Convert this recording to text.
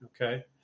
Okay